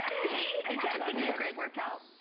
see it does give you a great workout.